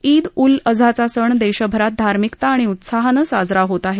ईद उल अझाचा सण देशभरात धार्मिकता आणि उत्साहानं साजरा होत आहे